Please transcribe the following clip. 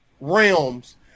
realms